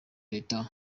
d’etat